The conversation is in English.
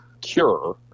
cure